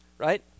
Right